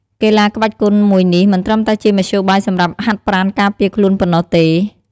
កីឡាក្បាច់គុនមួយនេះមិនត្រឹមតែជាមធ្យោបាយសម្រាប់ហាត់ប្រាណការពារខ្លួនប៉ុណ្ណោះទេ។